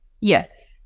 Yes